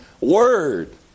word